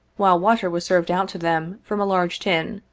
while water was served out to them from a large tin,